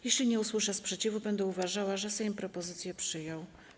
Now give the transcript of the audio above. Jeśli nie usłyszę sprzeciwu, będę uważała, że Sejm propozycję przyjął.